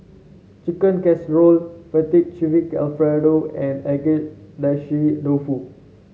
Chicken Casserole Fettuccine Alfredo and Agedashi Dofu